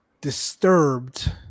disturbed